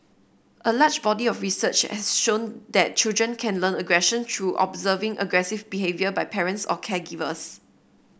a large body of research has shown that children can learn aggression through observing aggressive behaviour by parents or caregivers